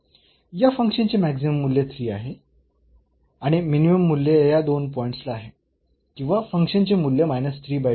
तर फंक्शनचे मॅक्सिमम मूल्य 3 आहे आणि मिनिमम मूल्य येथे या दोन पॉईंट्सला आहे किंवा फंक्शनचे मूल्य आहे